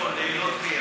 לילות כימים.